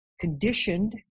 conditioned